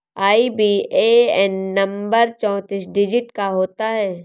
IBAN number चौतीस digit का होता है